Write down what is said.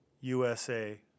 USA